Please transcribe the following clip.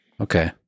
Okay